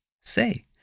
say